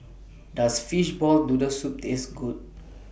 Does Fishball Noodle Soup Taste Good